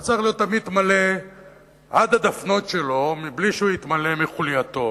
היה צריך להיות תמיד מלא עד גובה הדפנות שלו בלי שהוא יתמלא מחולייתו.